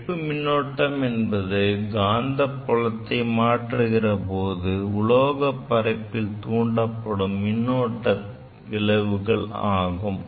கழிப்பு மின்னோட்டம் என்பது காந்தப்புலத்தை மாற்றுகிற போது உலோகத்தில் பரப்பில் தூண்டப்படும் மின்னோட்ட வளைவுகள் ஆகும்